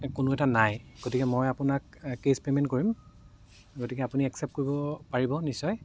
কোনো এটা নাই গতিকে মই আপোনাক কেছ পেমেণ্ট কৰিম গতিকে আপুনি একছেপ্ট কৰিব পাৰিব নিশ্চয়